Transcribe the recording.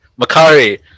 Makari